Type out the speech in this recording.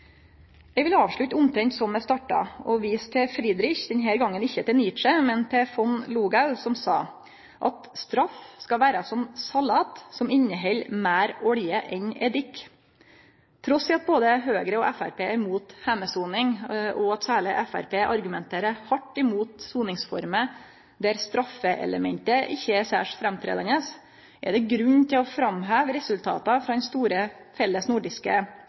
Eg vil avslutte omtrent som eg starta, og vise til Friedrich, denne gongen ikkje Nietzsche, men von Logau, som sa: Straff skal vere som salat som inneheld meir olje enn eddik. Trass i at både Høgre og Framstegspartiet er mot heimesoning, og at særleg Framstegspartiet argumenterer hardt mot soningsformer der straffeelementet ikkje er særs framtredande, er det grunn til å framheve resultata frå den store felles nordiske